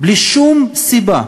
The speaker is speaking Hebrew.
בלי שום סיבה,